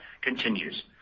continues